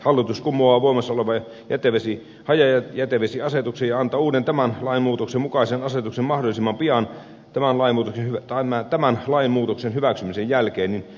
hallitus kumoaa voimassa olevan hajajätevesiasetuksen ja antaa uuden tämän lainmuutoksen mukaisen asetuksen mahdollisimman pian tämän lainmuutoksen hyväksymisen jälkeen